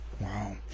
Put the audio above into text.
Wow